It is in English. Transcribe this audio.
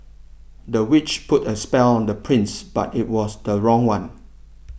the witch put a spell on the prince but it was the wrong one